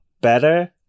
better